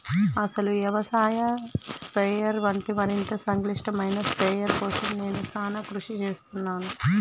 అసలు యవసాయ స్ప్రయెర్ వంటి మరింత సంక్లిష్టమైన స్ప్రయెర్ కోసం నేను సానా కృషి సేస్తున్నాను